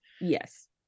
yes